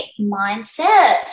mindset